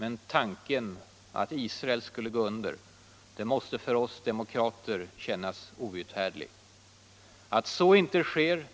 Men tanken att Israel skulle gå under måste för oss demokrater kännas outhärdlig. Att så inte sker